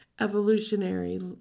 evolutionary